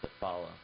follow